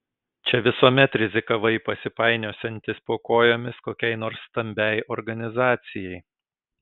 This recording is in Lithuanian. čia visuomet rizikavai pasipainiosiantis po kojomis kokiai nors stambiai organizacijai